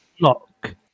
lock